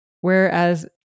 Whereas